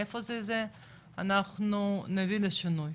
אנחנו נביא לשינוי.